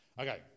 Okay